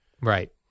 Right